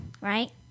Right